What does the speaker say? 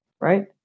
Right